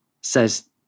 says